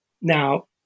Now